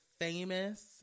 famous